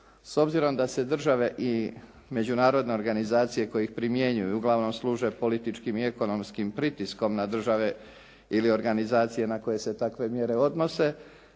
S obzirom da se države i međunarodne organizacije koje ih primjenjuju uglavnom služe političkim i ekonomskim pritiskom na države ili organizacije na koje se takve mjere odnose,